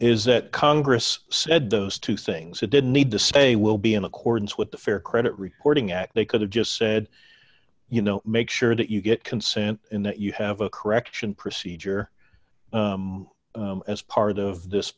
is that congress said those two things it didn't need to say will be in accordance with the fair credit reporting act they could have just said you know make sure that you get consent in that you have a correction procedure as part of this